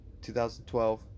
2012